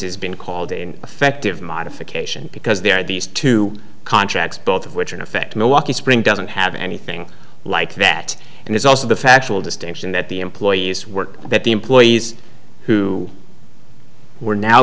disses been called an effective modification because there are these two contracts both of which are in effect milwaukee spring doesn't have anything like that and there's also the factual distinction that the employees work that the employees who were now